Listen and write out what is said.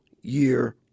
year